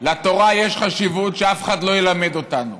לתורה יש חשיבות, שאף אחד לא ילמד אותנו,